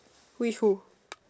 which who